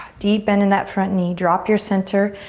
deep bend in that front knee. drop your center,